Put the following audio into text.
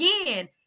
again